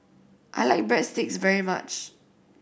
I like Breadsticks very much